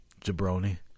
jabroni